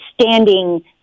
standing